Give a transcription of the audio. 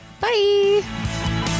Bye